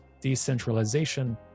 decentralization